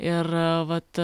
ir vat